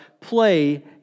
play